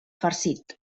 farcit